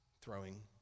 throwing